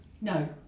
no